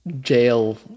jail